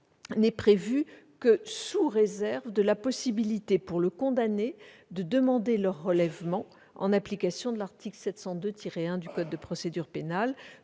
n'est prévu que sous réserve de la possibilité, pour le condamné, de demander leur relèvement, en application de l'article 702-1 du code de procédure pénale,